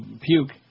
Puke